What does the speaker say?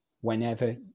whenever